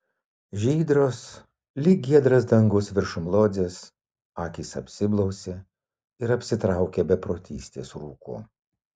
žydros lyg giedras dangus viršum lodzės akys apsiblausė ir apsitraukė beprotystės rūku